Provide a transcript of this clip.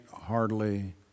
hardly